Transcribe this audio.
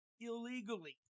illegally